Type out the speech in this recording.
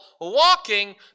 walking